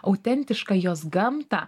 autentišką jos gamtą